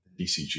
DCG